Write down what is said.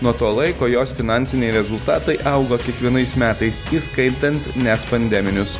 nuo to laiko jos finansiniai rezultatai augo kiekvienais metais įskaitant net pandeminius